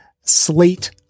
slate